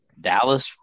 Dallas